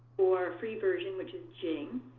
or a free version, which is jing.